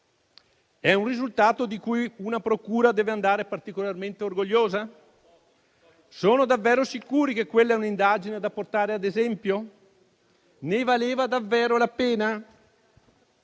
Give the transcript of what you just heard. È un risultato di cui una procura deve andare particolarmente orgogliosa? Sono davvero sicuri che quella sia un'indagine da portare ad esempio? Ne valeva davvero la pena?